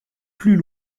plus